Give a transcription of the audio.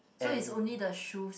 so it's only the shoes